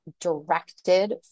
directed